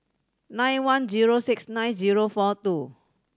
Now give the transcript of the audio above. nine one zero six nine zero four two